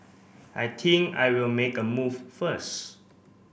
I think I will make a move first